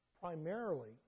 primarily